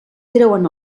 treuen